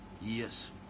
Yes